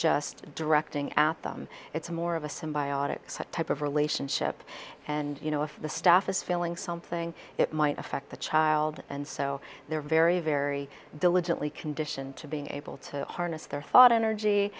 just directing at them it's a more of a symbiotic set type of relationship and you know if the staff is feeling something it might affect the child and so they're very very diligently conditioned to being able to harness their thought energy